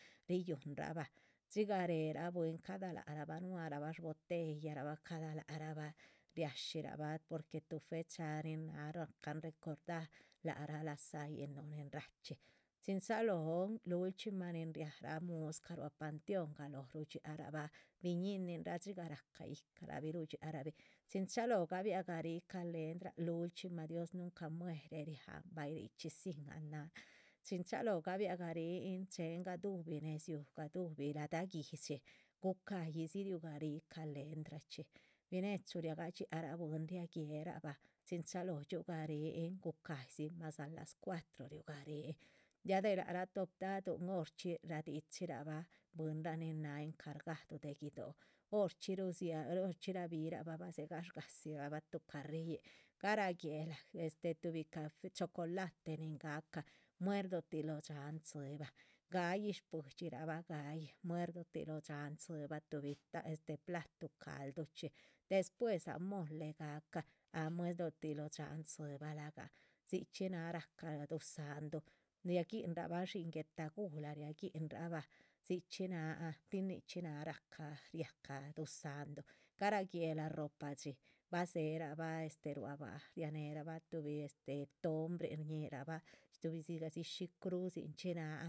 Riyuhunrabha dxigah réhe bwín cada lac rah bah nuahrabah shbotellabah, cada lac rabah, riashírabah porque tuh fecha nin rahcan recordar. lac rah lazayin núh nin rachxí, chin dzalóhon lulchxima nin ríahraa muscah ruá panteón rudxiárabah biñíninrah dxigah rahca yíhcarabih. rudxiárabih, chin chalóho gabiah garih calendra, lulchxima dios nunca muere ria´bay richxi sin an naha chin chalóho gabiagarihin néhe gadubih nedzíu. gaduhubi lada guihdxi gucayi dzi riuh gari calendra binechu riaga dxiara bwín ria guéherabah, chin chalóh dxiu garihin gucah yi dzi más a las cuatro riuh garihin, ya de lac rah. toptaduhun horchxí radichi rabah bwínrah nin náha encargado de guido´, horchxí rudzia horchxí rabihirabah bah dze gash gadzirabah nigal tuh carriyin. garáh guéhla tuhbi caf, chocolaten gahca muerdotih lóho dxáhan dzibahn, ga´yih shpuidxirabah, muerdotih lóho dxáhan dzibah tuhbi ta, este platuh calduchxi. despues ha mole gahca ah muerdotih lóh dxáahan dziba lagahn dzichxí náha rahca duzáhndu, ria gihinrabah dxín guetaguhla riagihinrabah dzichxí náhan. tin nichxí náha racah riacha duzáhndu garah guehla ropa dxí, ba dzéherabah este ruá baha ria néherabah tuhbi este tombrin shñíhirabah tuhbi dzigah dzi shí. crudzin chxí náhan.